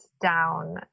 down